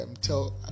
tell